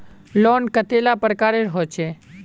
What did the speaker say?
Loan कतेला प्रकारेर होचे?